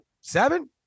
Seven